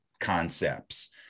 concepts